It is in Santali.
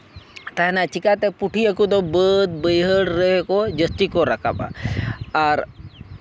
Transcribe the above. ᱛᱟᱦᱮᱱᱟ ᱪᱤᱠᱟᱹᱛᱮ ᱯᱩᱴᱷᱤ ᱦᱟᱹᱠᱩ ᱫᱚ ᱵᱟᱹᱫ ᱵᱟᱹᱭᱦᱟᱹᱲ ᱨᱮᱜᱮ ᱠᱚ ᱡᱟᱹᱥᱛᱤ ᱠᱚ ᱨᱟᱠᱟᱵᱽᱼᱟ ᱟᱨ